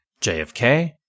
JFK